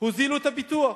הוזילו את הפיתוח,